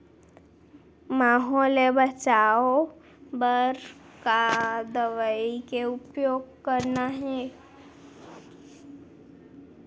माहो ले बचाओ बर का दवई के उपयोग करना हे?